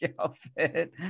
outfit